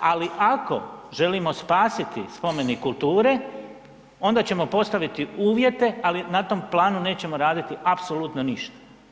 ali ako želimo spasiti spomenik kulture onda ćemo postaviti uvjete, ali na tom planu nećemo raditi apsolutno ništa.